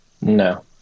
No